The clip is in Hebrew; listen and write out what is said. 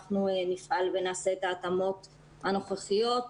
אנחנו נפעל ונעשה את ההתאמות הנוכחיות.